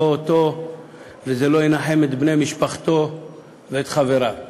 וזה לא ינחם את בני משפחתו ואת חבריו.